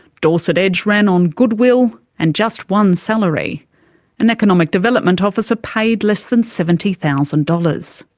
dorset edg ran on goodwill and just one salary an economic development officer paid less than seventy thousand dollars.